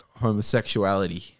homosexuality